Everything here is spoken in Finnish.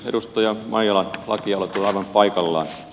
edustaja maijalan lakialoite on aivan paikallaan